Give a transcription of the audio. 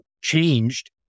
changed